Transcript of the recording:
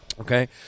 Okay